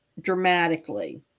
dramatically